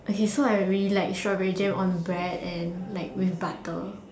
okay so I really like strawberry jam on bread and like with butter